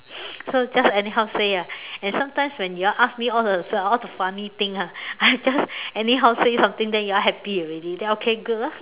so just anyhow say [ah]and sometimes when you all ask me all the sale all the funny thing ah I just anyhow say something then you all happy already then okay good lor